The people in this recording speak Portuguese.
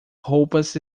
roupas